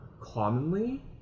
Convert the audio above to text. commonly